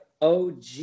OG